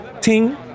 ting